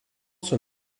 son